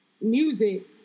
music